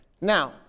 now